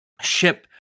ship